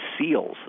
seals